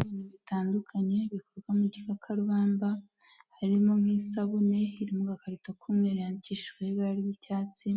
Ibintu bitandukanye bikorwarwa mu gikakarubamba harimo nk'isabune iri mugakarito'umweru yandikishijwe mu ibara ry'icyatsi